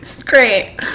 great